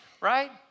right